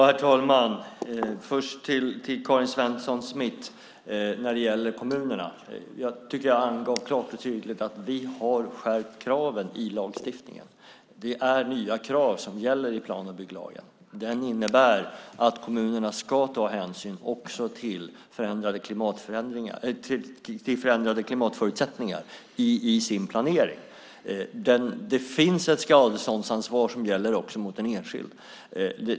Herr talman! Först till Karin Svensson Smith när det gäller kommunerna: Jag tycker att jag klart och tydligt angav att vi har skärpt kraven i lagstiftningen. Det är nya krav som gäller i plan och bygglagen. Det innebär att kommunerna ska ta hänsyn till förändrade klimatförutsättningar i sin planering. Det finns ett skadeståndsansvar som gäller också mot en enskild.